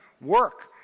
work